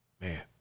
Man